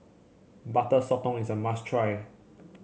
Butter Sotong is a must try